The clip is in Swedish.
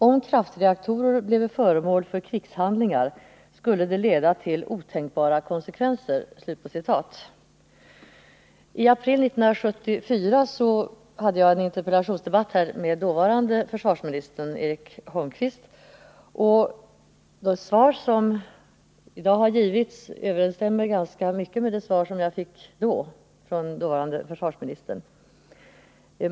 Om kraftreaktorer bleve föremål för krigshandlingar, skulle det leda till otänkbara konsekvenser ——-=-.” I april 1974 hade jag en interpellationsdebatt här med dåvarande försvarsministern Eric Holmqvist, och det svar som jag har fått i dag överensstämmer ganska mycket med det svar som jag fick av dåvarande försvarsministern.